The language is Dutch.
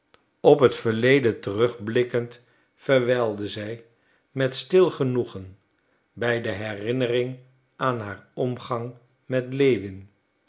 op het verleden terug blikkend verwijlde zij met stil genoegen bij de herinnering aan haar omgang met lewin